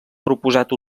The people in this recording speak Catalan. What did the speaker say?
proposat